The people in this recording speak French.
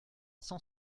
cent